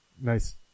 Nice